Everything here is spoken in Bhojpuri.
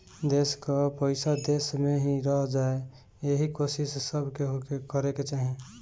देस कअ पईसा देस में ही रह जाए इहे कोशिश सब केहू के करे के चाही